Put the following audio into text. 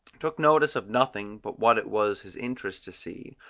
took notice of nothing but what it was his interest to see,